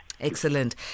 Excellent